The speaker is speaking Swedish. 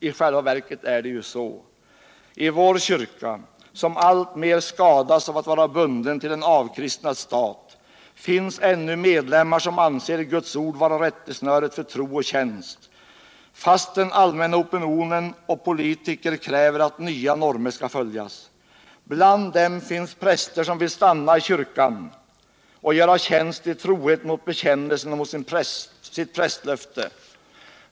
I själva verket är det ju så: I vår kyrka, som alltmer skadas av att vara bunden till en avkristnad stat, finns ännu medlemmar som anser Guds ord vara rättesnöret för tro och tjänst. fastän både allmänna opinionen och politiker kräver att nya former skall följas. Bland dem finns präster som vill stanna i kyrkan och göra tjänst i trohet mot bekännelsen och mot sitt prästlöfte.